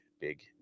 big